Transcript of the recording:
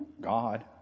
God